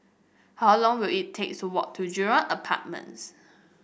how long will it take to walk to Jurong Apartments